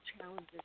challenges